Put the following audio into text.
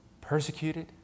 persecuted